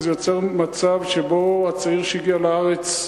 זה יוצר מצב שבו הצעיר שהגיע לארץ,